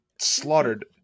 slaughtered